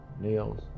nails